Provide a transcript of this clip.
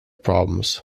problems